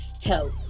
help